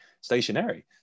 stationary